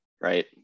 right